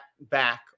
back